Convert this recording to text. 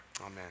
Amen